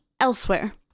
elsewhere